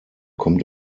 kommt